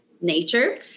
nature